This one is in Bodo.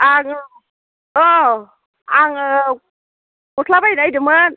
आङो अह आङो गस्ला बायनो नागिदोंमोन